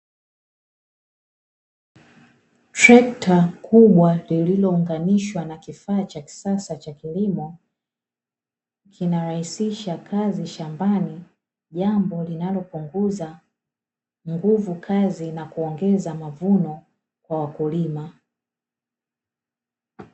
Trekta kubwa liliongunganishwa na kifaa cha kisasa cha kilimo linarahisisha kazi shambani, jambo linalopunguza nguvu kazi na kuongeza mavuno kwa wakulima.